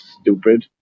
stupid